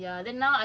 but